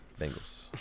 Bengals